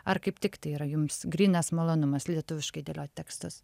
ar kaip tik tai yra jums grynas malonumas lietuviškai dėliot tekstus